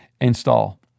install